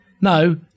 No